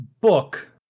book